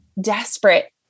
desperate